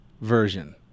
version